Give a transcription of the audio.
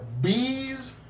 bees